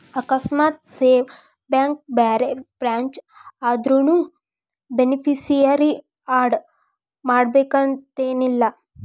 ಆಕಸ್ಮಾತ್ same bank ಬ್ಯಾರೆ branch ಆದ್ರುನೂ ಬೆನಿಫಿಸಿಯರಿ ಆಡ್ ಮಾಡಬೇಕನ್ತೆನಿಲ್ಲಾ